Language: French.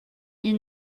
ils